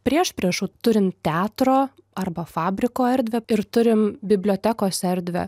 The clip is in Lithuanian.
priešpriešų turim teatro arba fabriko erdvę ir turim bibliotekos erdvę